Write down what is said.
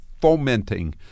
fomenting